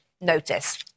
notice